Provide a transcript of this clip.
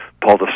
Paul